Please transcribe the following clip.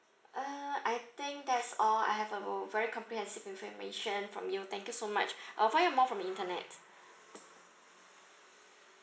uh I think that's all I have a very comprehensive information from you thank you so much I will find out more from the internet